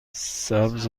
سبز